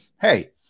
Hey